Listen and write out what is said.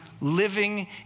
living